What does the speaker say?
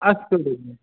अस्तु